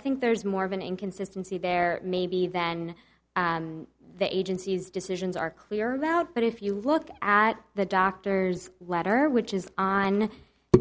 think there's more of an inconsistency there maybe than the agency's decisions are clearly out but if you look at the doctor's letter which is on